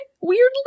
weirdly